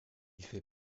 fait